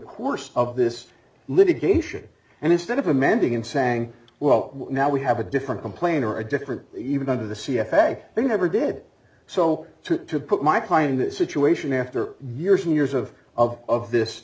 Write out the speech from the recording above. course of this litigation and instead of amending and sang well now we have a different complainer a different even under the c f a they never did so to put my client in this situation after years and years of of of this